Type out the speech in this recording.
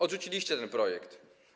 Odrzuciliście ten projekt.